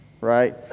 right